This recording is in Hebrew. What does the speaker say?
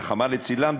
רחמנא ליצלן,